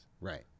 Right